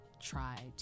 try